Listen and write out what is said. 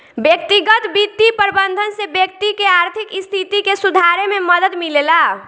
व्यक्तिगत बित्तीय प्रबंधन से व्यक्ति के आर्थिक स्थिति के सुधारे में मदद मिलेला